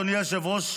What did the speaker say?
אדוני היושב-ראש,